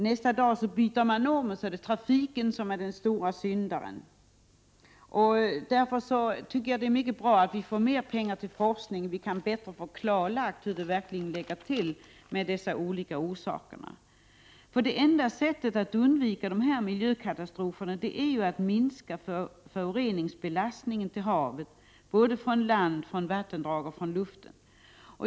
Nästa dag heter det att trafiken är den stora syndaren. Därför tycker jag att det är mycket bra att det anslås mer pengar till forskning, så att det blir bättre klarlagt hur det ligger till. Det enda sättet att undvika miljökatastroferna är ju att minska föroreningsbelastningen på havet, både från land, vattendrag och luften.